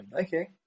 okay